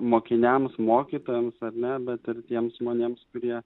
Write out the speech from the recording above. mokiniams mokytojams ar ne bet ir tiems žmonėms kurie